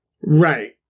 Right